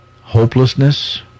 hopelessness